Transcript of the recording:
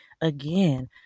again